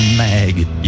maggot